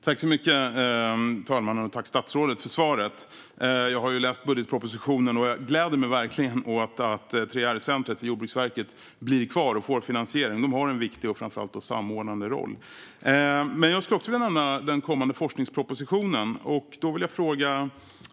Fru talman! Tack, statsrådet, för svaret! Jag har läst budgetpropositionen och gläder mig verkligen åt att 3R-centret vid Jordbruksverket blir kvar och får finansiering. Det har en viktig och framför allt samordnande roll. Jag skulle också vilja nämna den kommande forskningspropositionen.